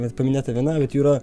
net paminėta viena bet jų yra